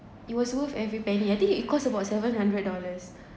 it was worth every penny I think it cost about seven hundred dollars